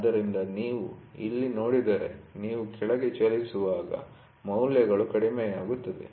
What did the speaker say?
ಆದ್ದರಿಂದ ನೀವು ಇಲ್ಲಿ ನೋಡಿದರೆ ನೀವು ಕೆಳಗೆ ಚಲಿಸುವಾಗ ಮೌಲ್ಯಗಳು ಕಡಿಮೆಯಾಗುತ್ತಿವೆ